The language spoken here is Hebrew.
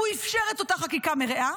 והוא אפשר את אותה חקיקה מריעה,